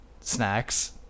snacks